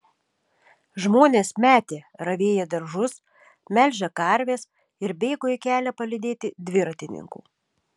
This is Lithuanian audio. žmonės metė ravėję daržus melžę karves ir bėgo į kelią palydėti dviratininkų